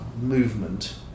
movement